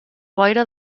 boira